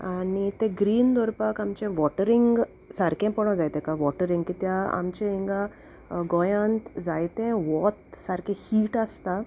आनी तें ग्रीन दोवोरपाक आमचें वॉटरिंग सारकें पोडों जाय तेका वॉटरिंग कित्या आमचे हिंगा गोंयांत जायते वोत सारकें हीट आसता